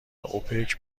اوپک